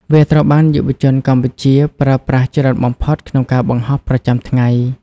វាត្រូវបានយុវជនកម្ពុជាប្រើប្រាស់ច្រើនបំផុតក្នុងការបង្ហោះប្រចាំថ្ងៃ។